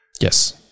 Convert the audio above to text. Yes